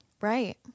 Right